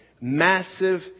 massive